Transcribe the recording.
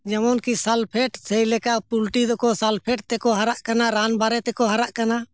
ᱡᱮᱢᱚᱱ ᱠᱤ ᱥᱟᱞᱯᱷᱮᱴ ᱥᱮᱭ ᱞᱮᱠᱟ ᱯᱳᱞᱴᱨᱤ ᱫᱚᱠᱚ ᱥᱟᱞᱯᱷᱮᱴ ᱛᱮᱠᱚ ᱦᱟᱨᱟᱜ ᱠᱟᱱᱟ ᱨᱟᱱ ᱵᱟᱨᱮ ᱛᱮᱠᱚ ᱦᱟᱨᱟᱜ ᱠᱟᱱᱟ